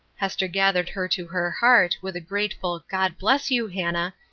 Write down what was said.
hester gathered her to her heart, with a grateful god bless you, hannah!